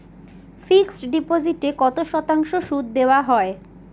Fixed ডিপোজিটে কত শতাংশ সুদ দেওয়া হয়?